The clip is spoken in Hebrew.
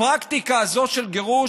הפרקטיקה הזאת של גירוש,